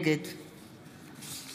נגד משה